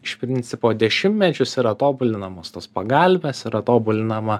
iš principo dešimtmečius yra tobulinamos tos pagalvės yra tobulinama